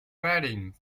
wedding